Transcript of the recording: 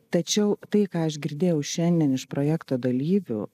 tačiau tai ką aš girdėjau šiandien iš projekto dalyvių